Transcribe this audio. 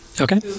Okay